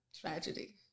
tragedy